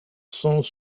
sons